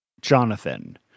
Jonathan